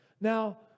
Now